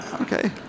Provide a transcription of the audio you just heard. Okay